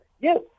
Yes